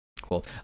Cool